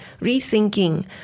rethinking